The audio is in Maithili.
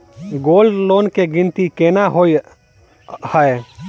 गोल्ड लोन केँ गिनती केना होइ हय?